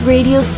Radio